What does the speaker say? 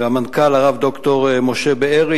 והמנכ"ל הרב ד"ר משה בארי,